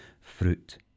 fruit